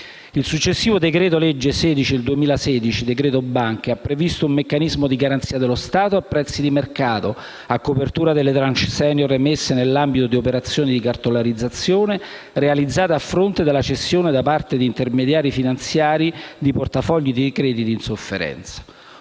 Il successivo decreto-legge n. 16 del 2016 (cosiddetto decreto banche) ha previsto un meccanismo di garanzia dello Stato, a prezzi di mercato, a copertura delle *tranche senior* emesse nell'ambito di operazioni di cartolarizzazione, realizzate a fronte della cessione da parte di intermediari finanziari di portafogli di crediti in sofferenza: